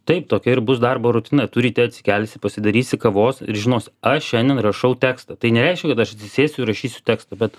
taip tokia ir bus darbo rutina tu ryte atsikelsi pasidarysi kavos ir žinosi aš šiandien rašau tekstą tai nereiškia kad aš atsisėsiu rašysiu tekstą bet